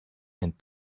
and